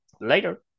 Later